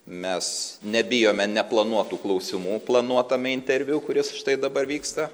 mes nebijome neplanuotų klausimų planuotame interviu kuris štai dabar vyksta